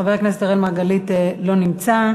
חבר הכנסת מרגלית לא נמצא.